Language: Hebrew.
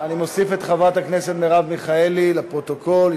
אני מוסיף את חברת הכנסת מרב מיכאלי, לפרוטוקול.